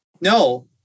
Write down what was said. No